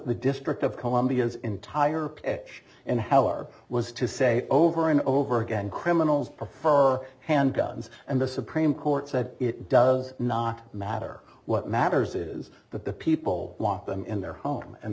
the district of columbia's entire pitch and how are was to say over and over again criminals prefer hand guns and the supreme court said it does not matter what matters is that the people want them in their home and